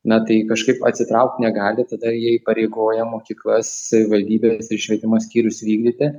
na tai kažkaip atsitraukt negali tada jie įpareigoja mokyklas savivaldybes ir švietimo skyrius vykdyti